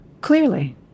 Clearly